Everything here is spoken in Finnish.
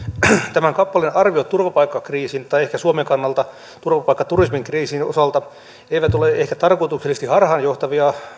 tämän kappaleen arviot turvapaikkakriisin tai ehkä suomen kannalta turvapaikkaturismin kriisin osalta eivät ole ehkä tarkoituksellisesti harhaanjohtavia